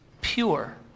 pure